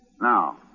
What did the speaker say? Now